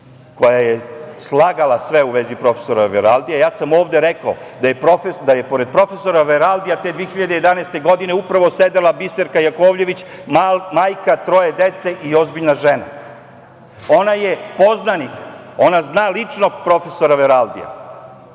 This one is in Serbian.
koja je slagala sve u vezi profesora Veraldija, ja sam ovde rekao da je pored profesora Veraldija te 2011. godine upravo sedela Biserka Jakovljvić, majka troje dece i ozbiljna žena. Ona je poznanik, ona zna lično profesora Veraldija